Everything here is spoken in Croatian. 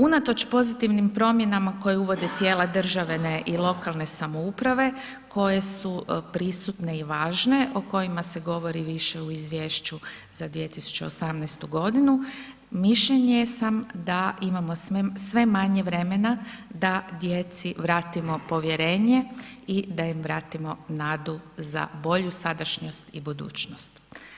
Unatoč pozitivnim promjenama koje uvode tijela državne i lokalne samouprave, koje su prisutne i važne, o kojima se govori više u izvješću za 2018. g., mišljenja sam da imamo sve manje vremena da djeci vratimo povjerenje i da im vratimo nadu za bolju sadašnjost i budućnost.